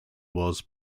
was